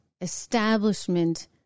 establishment